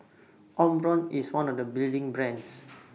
Omron IS one of The leading brands